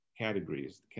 categories